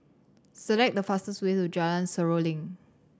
select the fastest way to Jalan Seruling